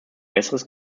besseres